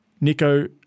Nico